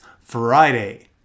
Friday